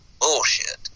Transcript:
Bullshit